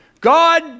God